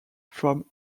from